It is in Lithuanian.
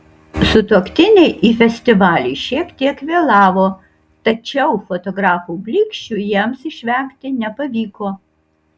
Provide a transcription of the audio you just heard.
sutuoktiniai į festivalį šiek tiek vėlavo tačiau fotografų blyksčių jiems išvengti nepavyko